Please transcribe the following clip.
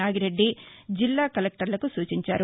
నాగిరెడ్డి జిల్లా కలెక్టర్లకు సూచించారు